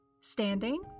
standing